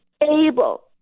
able